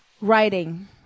writing